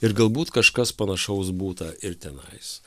ir galbūt kažkas panašaus būta ir tenais